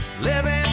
Living